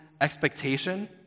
expectation